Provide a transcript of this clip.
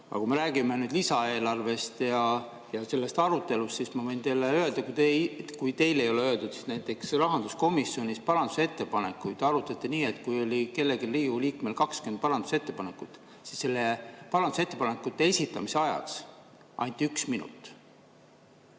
Aga kui me räägime nüüd lisaeelarvest ja sellest arutelust, siis ma võin teile öelda, kui teile ei ole öeldud, et näiteks rahanduskomisjonis parandusettepanekuid arutati nii, et kui oli kellelgi Riigikogu liikmel 20 parandusettepanekut, siis selle parandusettepanekute esitamise ajaks anti üks minut.